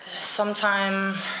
Sometime